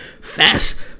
fast